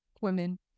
Women